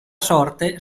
sorte